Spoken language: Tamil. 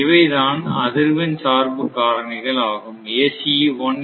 இவைதான் அதிர்வெண் சார்பு காரணிகள் ஆகும்